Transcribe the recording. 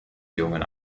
jungen